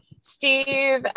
Steve